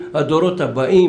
היום.